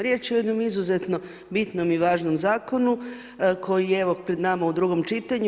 Riječ je o jednom izuzetno bitnom i važnom zakonu, koji je, evo, pred nama u drugom čitanju.